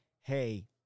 Hey